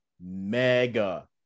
mega